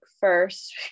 first